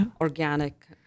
organic